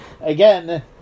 again